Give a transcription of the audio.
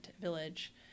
village